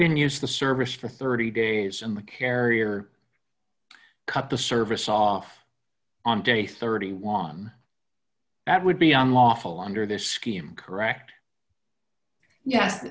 didn't use the service for thirty days and the carrier cut the service off on day thirty wan that would be unlawful under this scheme correct ye